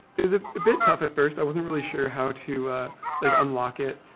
it was a bit tough at first. i wasn't really sure how to like unlock it,